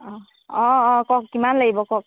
অ' অ' কওক কিমান লাগিব কওক